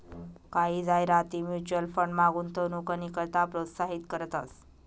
कायी जाहिराती म्युच्युअल फंडमा गुंतवणूकनी करता प्रोत्साहित करतंस